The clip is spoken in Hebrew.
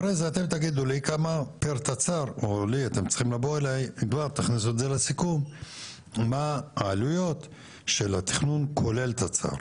אחרי זה תגידו לי או תכניסו לסיכום מה העלויות של התכנון כולל תצ"ר,